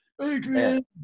Adrian